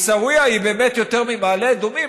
עיסאוויה היא באמת יותר ממעלה אדומים?